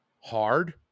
hard